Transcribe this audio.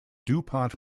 dupont